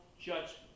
judgment